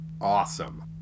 awesome